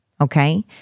Okay